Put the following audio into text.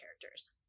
characters